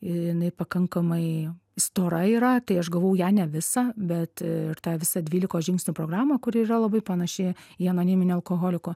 jinai pakankamai stora yra tai aš gavau ją ne visą bet tą visą dvylikos žingsnių programą kuri yra labai panaši į anoniminio alkoholiko